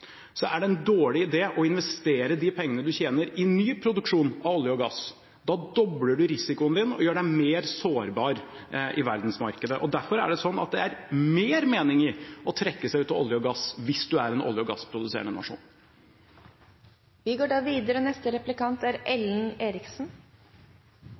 er det en dårlig idé å investere de pengene en tjener, i ny produksjon av olje og gass. Da dobles risikoen og gjør en mer sårbar i verdensmarkedet. Derfor er det sånn at det er mer mening i å trekke seg ut av olje og gass hvis en er en olje- og gassproduserende nasjon. Kull utgjør i dag 19,5 pst. av energiforsyningen i verden. Kull er